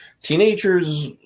teenagers